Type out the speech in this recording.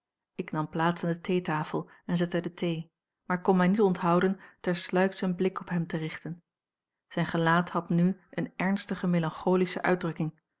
ik nam plaats aan de theetafel en zette de thee maar kon mij niet onthouden tersluiks een blik op hem te richten zijn gelaat had n eene ernstige melancholische uitdrukking